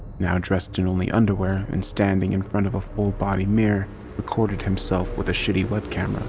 now dressed in only underwear and standing in front of a full-body mirror recorded himself with a shitty webcam.